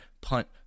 punt